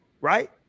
right